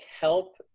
help